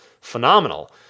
phenomenal